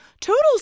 Toodles